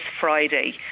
Friday